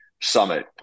summit